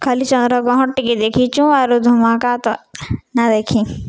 ଖାଲି ଚନ୍ଦ୍ରଗ୍ରହଣ୍ ଟିକେ ଦେଖିଚୁ ଆରୁ ଧମାକା ତ ନାଏ ଦେଖି